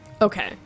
Okay